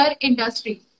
industry